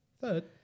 Third